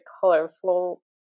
colorful